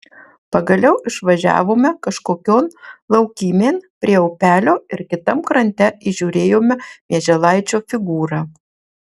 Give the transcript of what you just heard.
pagaliau išvažiavome kažkokion laukymėn prie upelio ir kitam krante įžiūrėjome mieželaičio figūrą